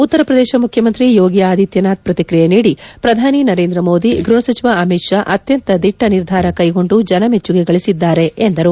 ಉತ್ತರ ಪ್ರದೇಶ ಮುಖ್ಯಮಂತ್ರಿ ಯೋಗಿ ಆದಿತ್ಯನಾಥ್ ಪ್ರತಿಕ್ರಿಯೆ ನೀಡಿ ಪ್ರಧಾನಿ ನರೇಂದ್ರ ಮೋದಿ ಗ್ಬಹ ಸಚಿವ ಅಮಿತ್ ಶಾ ಅತ್ಯಂತ ದಿಟ್ಟ ನಿರ್ಧಾರ ಕೈಗೊಂಡು ಜನಮೆಚ್ಚುಗೆ ಗಳಿಸಿದ್ದಾರೆ ಎಂದರು